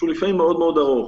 שהוא לפעמים מאוד מאוד ארוך.